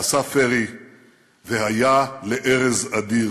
ועשה פרי והיה לארז אדיר".